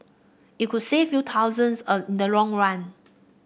it could save you thousands a in the long run